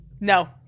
No